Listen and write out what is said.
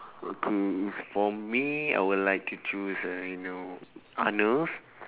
okay if for me I would like to choose uh you know arnold's